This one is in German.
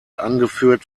angeführt